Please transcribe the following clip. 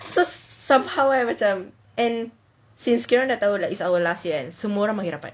somehow ah macam and since kita orang dah tahu is our last year kan semua orang makin rapat